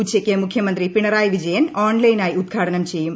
ഉച്ചക്ക് മുഖ്യമന്ത്രി പിണറായി വിജയൻ ഓൺലൈനായി ഉദ്ഘാടനം ചെയ്യും